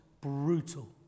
brutal